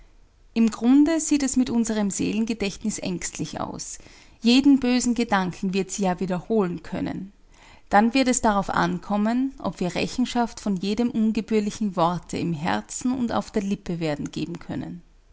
im grunde sieht es mit unserem seelengedächtnis ängstlich aus jeden bösen gedanken wird sie ja wiederholen können dann wird es dar auf ankommen ob wir rechenschaft von jedem ungebührlichen worte im herzen und auf der lippe werden geben können